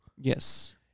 Yes